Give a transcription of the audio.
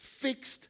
fixed